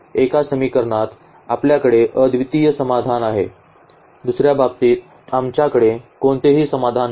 एका प्रकरणात आपल्याकडे अद्वितीय समाधान आहे दुसर्या बाबतीत आमच्याकडे कोणतेही समाधान नाही